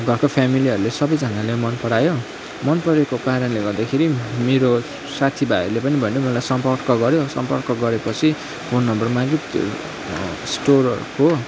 घरको फेमिलीहरले सबैजनाले मन परायो मन परेको कारणले गर्दाखेरि मेरो साथीभाइहरूले मलाई भन्यो सम्पर्क गऱ्यो सम्पर्क गरेपछि फोन नम्बर माग्यो त्यो स्टोरहरूको